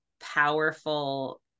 powerful